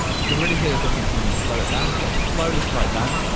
you can really hear the difference when you slow it down, so let's slow this right down.